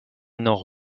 nord